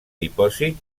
dipòsit